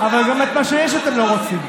אבל גם את מה שיש אתם לא רוצים.